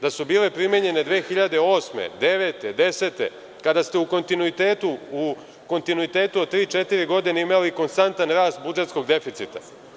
Da su bile primenjene 2008, 2009, 2010. godine, kada ste u kontinuitetu od tri, četiri godine imalikonstantan rast budžetskog deficita.